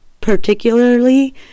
particularly